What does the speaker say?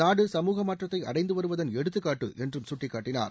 நாடு சமூக மாற்றத்தை அடைந்துவருவதன் எடுத்துக்காட்டு என்றும் சுட்டிக்காட்டினார்